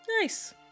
Nice